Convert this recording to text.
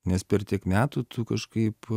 nes per tiek metų tu kažkaip